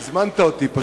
הזמנת אותי פשוט.